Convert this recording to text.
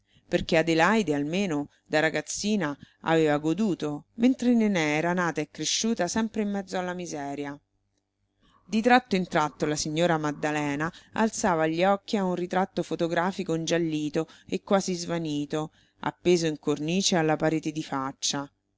perché adelaide almeno da ragazzina aveva goduto mentre nené era nata e cresciuta sempre in mezzo alla miseria di tratto in tratto la signora maddalena alzava gli occhi a un ritratto fotografico ingiallito e quasi svanito appeso in cornice alla parete di faccia